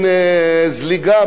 מגיל 18,